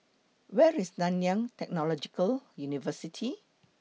Where IS Nanyang Technological University